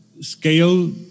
scale